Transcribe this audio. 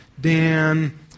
Dan